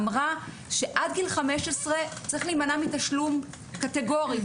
אמרה שעד גיל 15 צריך להימנע מתשלום קטגורית.